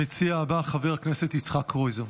המציע הבא, חבר הכנסת יצחק קרויזר.